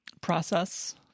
process